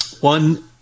one